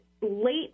late